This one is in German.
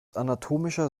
anatomischer